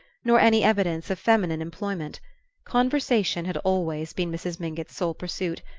nor any evidence of feminine employment conversation had always been mrs. mingott's sole pursuit,